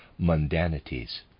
mundanities